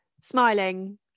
smiling